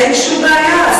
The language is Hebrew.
אין שום בעיה,